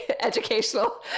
educational